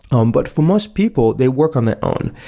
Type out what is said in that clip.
um but for most people, they work on their own.